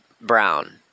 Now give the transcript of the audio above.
Brown